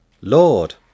Lord